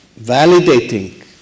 validating